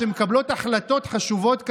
שמקבלות החלטות חשובות כאלה,